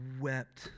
wept